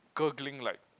gurgling like